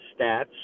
stats